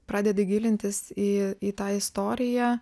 pradedi gilintis į į tą istoriją